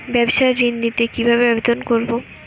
ব্যাবসা ঋণ নিতে কিভাবে আবেদন করব?